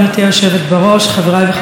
חבריי וחברותיי חברי הכנסת,